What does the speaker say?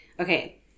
Okay